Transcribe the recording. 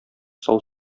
сау